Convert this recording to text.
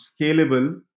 scalable